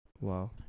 Wow